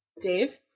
Dave